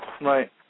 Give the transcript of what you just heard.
Right